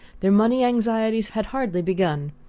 their money anxieties had hardly begun,